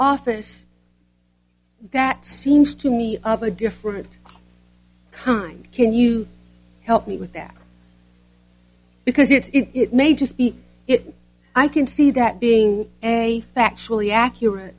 office that seems to me of a different kind can you help me with that because it it may just be it i can see that being a factually accurate